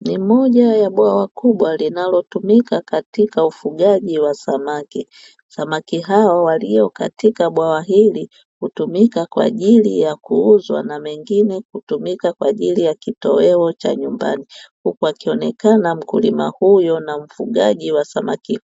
Ni moja ya bwawa kubwa linalotumika katika ufugaji wa samaki. Samaki hawa walio katika bwawa hili hutumika kwa ajili ya kuuzwa na wengine hutumika kwa ajili ya kitoweo cha nyumbani. Huku akionekana mkulima huyo, na mfugaji wa samaki